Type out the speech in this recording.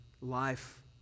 life